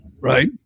right